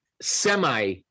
semi-